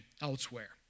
elsewhere